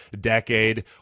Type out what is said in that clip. decade